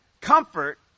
comfort